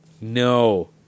no